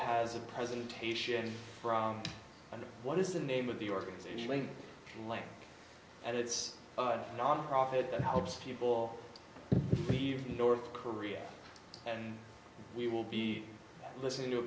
has a presentation on what is the name of the organization late in life and it's a nonprofit that helps people or leave north korea and we will be listening to a